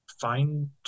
find